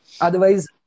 otherwise